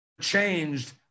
changed